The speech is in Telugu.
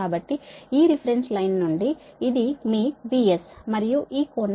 కాబట్టి ఈ రిఫరెన్స్ లైన్ నుండి ఇది మీ VS మరియు ఈ కోణం మీ 4